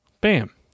Bam